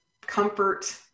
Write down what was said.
comfort